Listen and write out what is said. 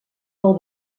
del